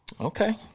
okay